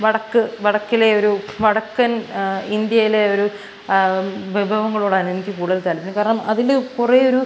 വടക്ക് വടക്കിലെ ഒരു വടക്കൻ ഇന്ത്യേലെ ഒരു വിഭവങ്ങളോടാണ് എനിക്ക് കൂടുതൽ താൽപ്പര്യം കാരണം അതിൽ കുറേയൊരു